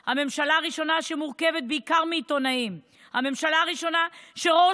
2 במאי 2022. אני מתכבד לפתוח את מליאת הכנסת.